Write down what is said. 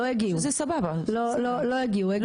לא הגיעו.